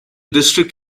district